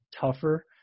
tougher